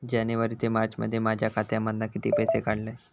जानेवारी ते मार्चमध्ये माझ्या खात्यामधना किती पैसे काढलय?